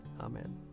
Amen